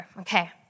okay